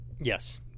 Yes